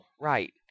right